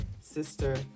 sister